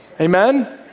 Amen